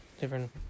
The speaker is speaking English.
different